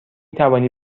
توانی